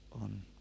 on